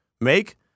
make